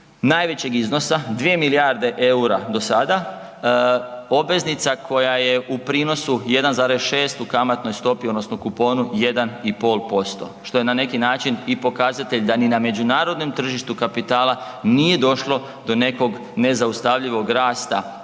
najvećeg iznosa 2 milijarde EUR-a do sada. Obveznica koja je u prinosu 1,6 u kamatnoj stopi odnosno kuponu 1,5% što je na neki način i pokazatelj da ni na međunarodnom tržištu kapitala nije došlo do nekog nezaustavljivog rasta